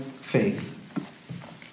faith